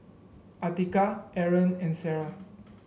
Atiqah Aaron and Sarah